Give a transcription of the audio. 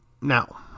Now